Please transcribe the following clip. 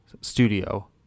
studio